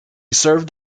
served